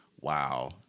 Wow